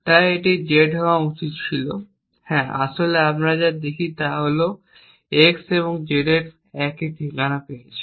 তাই এটি z হওয়া উচিত ছিল হ্যাঁ আসলে আমরা যা দেখি তা হল x এবং z একই ঠিকানা পেয়েছে